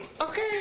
Okay